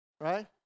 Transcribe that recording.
right